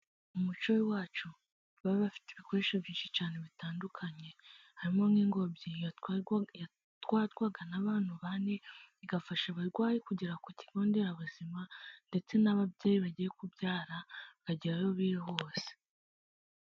Mu muco w'i wacu baba bafite ibikoresho byinshi cyane bitandukanye, harimo nk'ingobyi yatwarwaga n'abantu bane, bigafasha abarwayi kugera ku kigo nderabuzima ndetse n'ababyeyi bagiye kubyara bakagerayo bihuse.